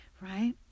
Right